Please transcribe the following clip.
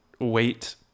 wait